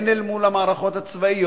הן אל מול המערכות הצבאיות